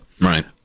Right